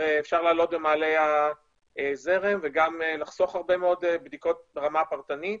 אפשר לעלות במעלה הזרם וגם לחסוך הרבה מאוד בדיקות ברמה הפרטנית